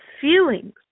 feelings